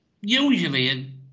usually